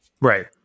right